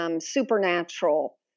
supernatural